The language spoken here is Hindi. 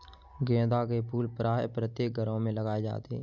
गेंदा के फूल प्रायः प्रत्येक घरों में लगाए जाते हैं